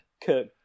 Kirk